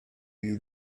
you